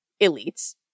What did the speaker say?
elites